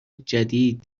جدید